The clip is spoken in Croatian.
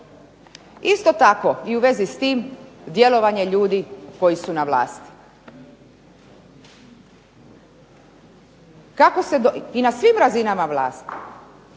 Isto tako i u vezi s tim djelovanje ljudi koji su na vlasti, i na svim razinama vlasti,